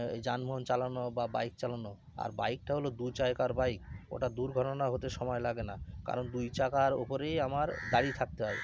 এই যানবাহন চালানো বা বাইক চালানো আর বাইকটা হলো দুই চাকার বাইক ওটা দুর্ঘটনা হতে সময় লাগে না কারণ দুই চাকার উপরেই আমার দাঁড়িয়ে থাকতে হয়